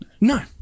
No